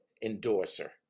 endorser